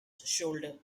shoulder